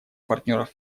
партнеров